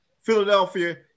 Philadelphia